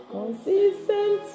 Consistent